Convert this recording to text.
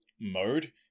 mode